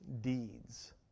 deeds